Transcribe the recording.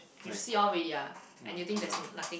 I actually yeah kind of